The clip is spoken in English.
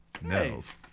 nails